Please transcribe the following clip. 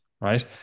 Right